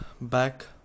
back